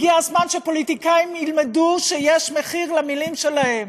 הגיע הזמן שפוליטיקאים ילמדו שיש מחיר למילים שלהם.